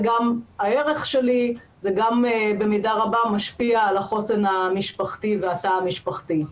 זה גם הערך שלי וגם במידה רבה משפיע על החוסן המשפחתי והתא המשפחתי.